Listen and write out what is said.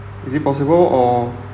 is it possible or